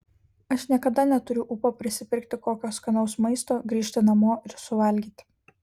aš niekada neturiu ūpo prisipirkti kokio skanaus maisto grįžti namo ir suvalgyti